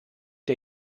der